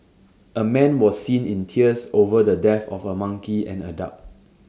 A man was seen in tears over the death of A monkey and A duck